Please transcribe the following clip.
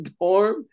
dorm